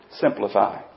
Simplify